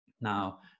Now